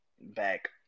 back